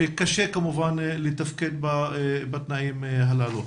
שכמובן קשה לתפקד בתנאים הללו.